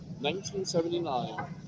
1979